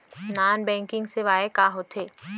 non banking सेवाएं का होथे